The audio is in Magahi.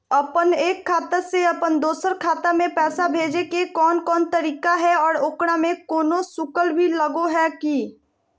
अपन एक खाता से अपन दोसर खाता में पैसा भेजे के कौन कौन तरीका है और ओकरा में कोनो शुक्ल भी लगो है की?